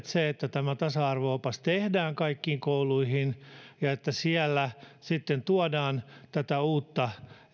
se että tämä tasa arvo opas tehdään kaikkiin kouluihin ja että siellä sitten tuodaan tätä uutta